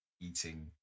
eating